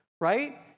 right